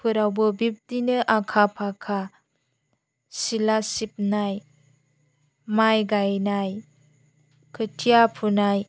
फोरावबो बिब्दिनो आखा फाखा सिला सिबनाय माइ गाइनाय खोथिया फुनाय